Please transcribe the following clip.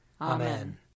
Amen